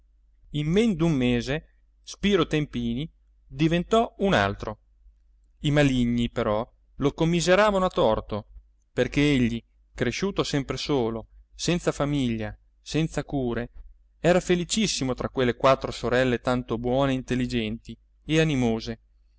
men d'un mese spiro tempini diventò un altro i maligni però lo commiseravano a torto perché egli cresciuto sempre solo senza famiglia senza cure era felicissimo tra quelle quattro sorelle tanto buone e intelligenti e animose